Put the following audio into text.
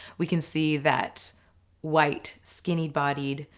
we can see that white, skinny bodied